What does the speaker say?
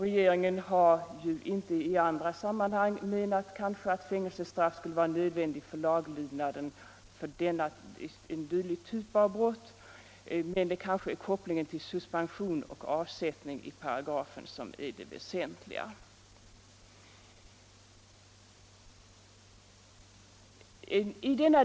Regeringen har väl inte i andra sammanhang menat att fängelsestraff skulle vara nödvändigt för laglydnaden när det gäller en dylik typ av brott. Men kanske är det kopplingen till avsättning och suspension som är det väsentliga i paragrafen.